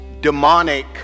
demonic